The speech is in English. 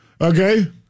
Okay